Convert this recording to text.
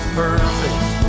perfect